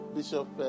Bishop